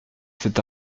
cet